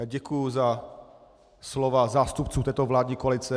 Děkuji za slova zástupců této vládní koalice.